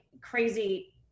crazy